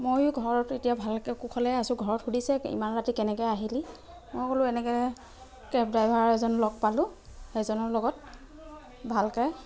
ময়ো ঘৰত এতিয়া ভালকৈ কুশলেই আছো ঘৰত সুধিছে ইমান ৰাতি কেনেকৈ আহিলি মই ক'লো এনেকৈ কেব ড্ৰাইভাৰ এজন লগ পালোঁ সেইজনৰ লগত ভালকৈ